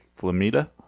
Flamita